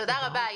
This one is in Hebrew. תודה רבה.